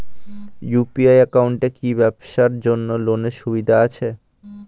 UPI একাউন্টে কি ব্যবসার জন্য লোনের সুবিধা আছে?